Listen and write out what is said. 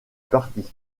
parti